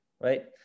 right